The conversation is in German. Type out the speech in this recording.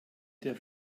der